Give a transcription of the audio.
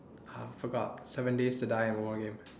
ah forgot seven days to die and one more game